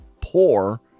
poor